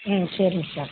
ம் சரிங்க சார்